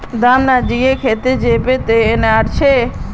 दख निरंजन खेत स प्याज तोड़े आनवा छै